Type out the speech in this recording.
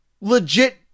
legit